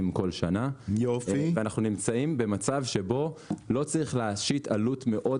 כל שנה ואנחנו נמצאים במצב שבו לא צריך להשית עלות מאוד